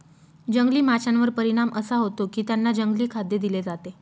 जंगली माशांवर परिणाम असा होतो की त्यांना जंगली खाद्य दिले जाते